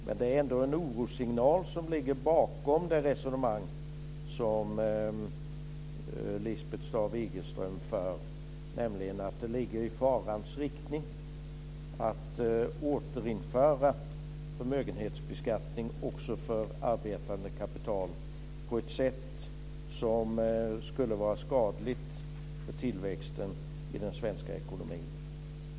Men det är ändå en orossignal som ligger bakom det resonemang som Lisbeth Staaf-Igelström för, nämligen att det ligger i farans riktning att återinföra förmögenhetsbeskattning också på arbetande kapital, att det skulle vara farligt för tillväxten i den svenska ekonomin.